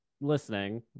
listening